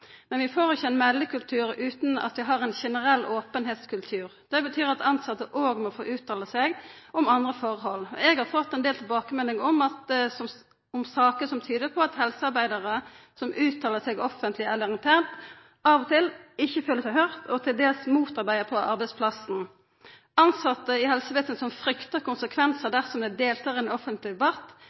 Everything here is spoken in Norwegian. Men vi får ikkje ein meldekultur utan at vi har ein generell openheitskultur. Det betyr at tilsette òg må få uttala seg om andre forhold. Eg har fått ein del tilbakemeldingar om saker som tyder på at helsearbeidarar som uttaler seg offentleg eller internt, av og til ikkje føler seg høyrde, og til dels føler seg motarbeidde på arbeidsplassen. At tilsette i helsevesenet fryktar konsekvensar dersom dei deltar i